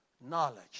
knowledge